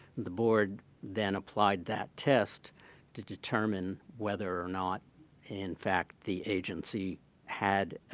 the board then applied that test to determine whether or not in fact the agency had